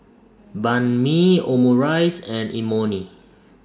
Banh MI Omurice and Imoni